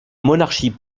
monarchie